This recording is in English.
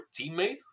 teammate